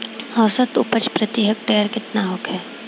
औसत उपज प्रति हेक्टेयर केतना होखे?